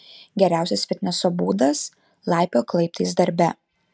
geriausias fitneso būdas laipiok laiptais darbe